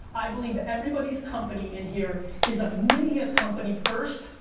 i believe everybody's company in here is a media company first,